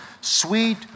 sweet